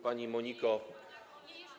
Pani Moniko!